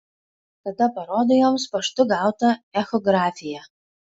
tada parodo joms paštu gautą echografiją